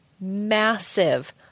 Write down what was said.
massive